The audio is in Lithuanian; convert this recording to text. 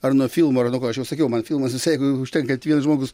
ar nuo filmo ar nuo ko aš jau sakiau man filmas visai jeigu jau užtenka kad vienas žmogus